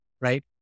Right